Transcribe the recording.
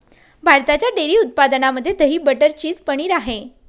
भारताच्या डेअरी उत्पादनामध्ये दही, बटर, चीज, पनीर आहे